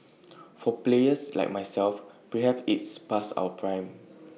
for players like myself perhaps it's past our prime